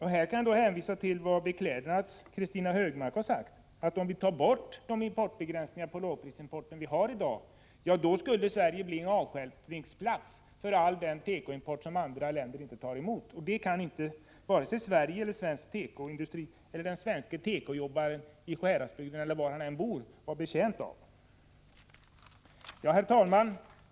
Här kan hänvisas till vad Beklädnads företrädare Kristina Högmark har sagt, att om vi tar bort de importbegränsningar på lågprisimporten som vi har i dag skulle Sverige bli en avstjälpningsplats för all den tekoimport som andra länder inte tar emot. Det kan inte vare sig Sverige, svensk tekoindustri eller den svenske tekojobbaren i Sjuhäradsbygden eller var han än bor vara betjänt av. Herr talman!